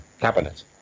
cabinet